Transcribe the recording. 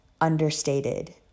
understated